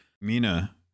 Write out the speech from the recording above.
Mina